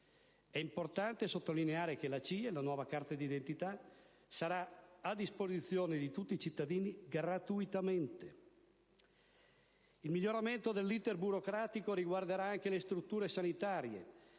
È importante sottolineare che la CIE, la nuova carta di identità, sarà a disposizione di tutti i cittadini gratuitamente. Il miglioramento dell'*iter* burocratico riguarderà anche le strutture sanitarie